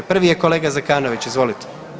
Prvi je kolega Zekanović, izvolite.